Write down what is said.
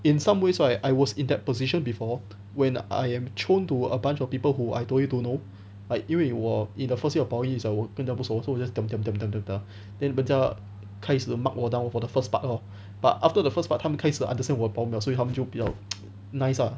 in some ways right I was in that position before when I am thrown to a bunch of people who I really don't know like 因为我 in the first year of poly is like 我真的不熟 so I just diam diam diam diam diam diam then 人家开始 mark 我 down for the first part lor but after the first part 他们开始 understand 我的 problem liao then 他们就比较 nice lah